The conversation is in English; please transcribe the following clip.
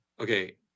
Okay